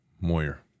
Moyer